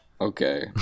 okay